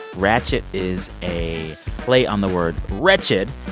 ratchet is a play on the word wretched.